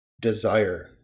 desire